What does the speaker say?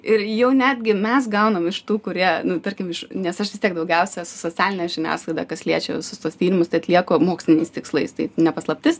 ir jau netgi mes gaunam iš tų kurie tarkim iš nes aš vis tiek daugiausia su socialine žiniasklaida kas liečia visus tuos tyrimus tai atlieku moksliniais tikslais tai ne paslaptis